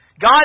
God